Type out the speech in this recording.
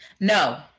No